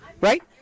right